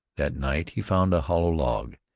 that night he found a hollow log,